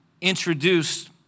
introduced